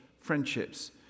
friendships